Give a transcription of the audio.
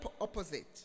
opposite